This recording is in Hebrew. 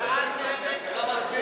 בעד צדק חברתי.